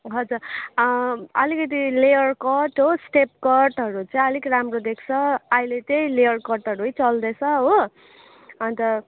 हजुर आलिकति layer cut हो स्टेप कटहरू चाहिँ अलिक राम्रो देख्छ अहिले चाहिँ लेयर कटहरू नै चल्दैछ हो अन्त